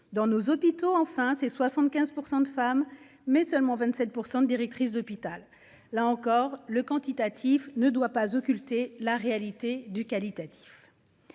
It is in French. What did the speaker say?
dans nos hôpitaux enfin c'est 75% de femmes mais seulement 27% directrice d'hôpital là encore le quantitatif ne doit pas occulter la réalité du qualitatif.